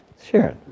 Sure